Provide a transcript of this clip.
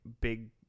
big